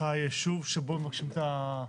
היישוב שבו מבקשים את השינוי?